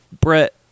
Brett